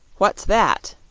what's that?